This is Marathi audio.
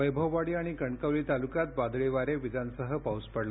वैभववाडी आणि कणकवली तालुक्यात वादळी वारे वीजांसह पाऊस पडला